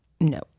No